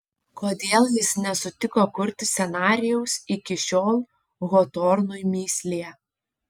kodėl jis nesutiko kurti scenarijaus iki šiol hotornui mįslė